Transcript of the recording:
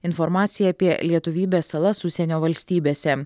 informaciją apie lietuvybės salas užsienio valstybėse